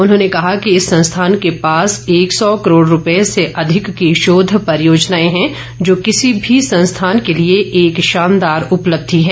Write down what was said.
उन्होंने कहा कि इस संस्थान के पास एक सौ करोड़ रूपये से अधिक की शोध परियोजनाएं हैं जो किसी भी संस्थान के लिए एक शानदार उपलब्धि है